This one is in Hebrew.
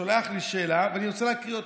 שולח לי שאלה, ואני רוצה להקריא אותה: